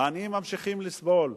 העניים ממשיכים לסבול,